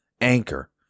Anchor